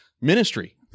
ministry